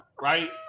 right